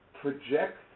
project